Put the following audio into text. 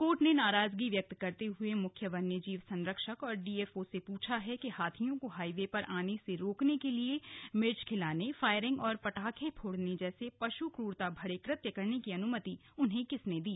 court ने नाराजगी व्यक्त करते हुए मुख्य वन्यजीव संरक्षक और डीएफओ से पूछा है कि हाथियों को हाईवे पर आने से रोकने के लिए मिर्च खिलाने फायरिंग और पटाखे फोड़ने जैसे पशु क्ररता भरे कृत्य करने की अनुमति उन्हें किसने दी है